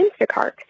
Instacart